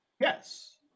Yes